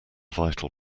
vital